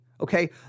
okay